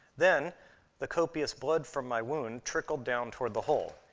then the copious blood from my wound trickled down toward the hole.